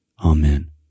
Amen